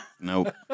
Nope